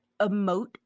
emote